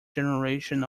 generation